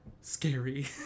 scary